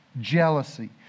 jealousy